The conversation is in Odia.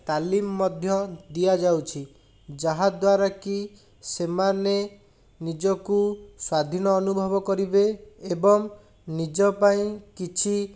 ତାଲିମ୍ ମଧ୍ୟ ଦିଆଯାଉଛି ଯାହା ଦ୍ଵାରାକି ସେମାନେ ନିଜକୁ ସ୍ଵାଧୀନ ଅନୁଭବ କରିବେ ଏବଂ ନିଜ ପାଇଁ କିଛି